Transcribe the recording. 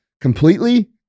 completely